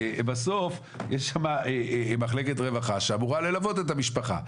בסוף יש שם מחלקת רווחה שאמורה ללוות את המשפחה,